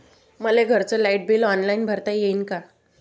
मले घरचं light bill online भरता येईन का?